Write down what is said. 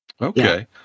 Okay